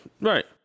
Right